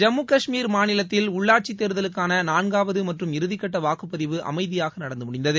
ஜம்மு கஷ்மீர் மாநிலத்தில் உள்ளாட்சி தேர்தலுக்கான நான்காவது மற்றும் இறுதிக்கட்ட வாக்குப்பதிவு அமைதியாக நடந்து முடிந்தது